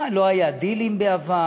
מה, לא היו דילים בעבר?